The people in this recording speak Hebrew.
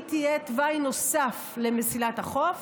תהיה תוואי נוסף למסילת החוף.